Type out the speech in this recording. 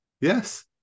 Yes